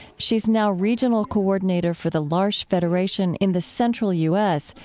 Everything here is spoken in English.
she's now regional coordinator for the l'arche federation in the central u s,